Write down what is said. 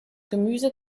gemüse